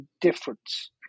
difference